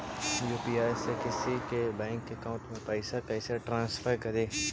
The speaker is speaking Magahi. यु.पी.आई से किसी के बैंक अकाउंट में पैसा कैसे ट्रांसफर करी?